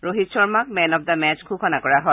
ৰোহিত শৰ্মাক man of the match ঘোষণা কৰা হয়